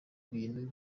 bintu